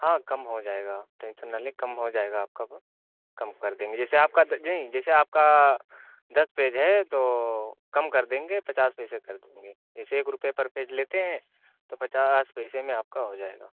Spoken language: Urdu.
ہاں کم ہو جائے گا ٹینشن نہ لیں کم ہو جائے گا آپ کا کم کر دیں گے جیسے آپ کا نہیں جیسے آپ کا دس پیج ہے تو کم کر دیں گے پچاس پیسے کر دیں گے ایسے ایک روپیہ پر پیج لیتے ہیں تو پچاس پیسے میں آپ کا ہو جائے گا